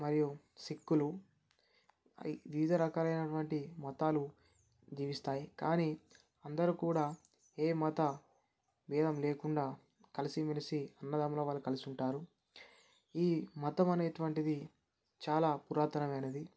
మరియు సిక్కులు వివిధ రకాలు అయినటువంటి మతాలు జీవిస్తాయి కానీ అందరూ కూడా ఏ మత భేదం లేకుండా కలిసిమెలిసి అన్నదమ్ముల వలె కలిసి ఉంటారు ఈ మతం అనేటువంటిది చాలా పురాతనమైనది